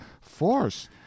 force